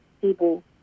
people